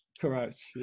correct